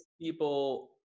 People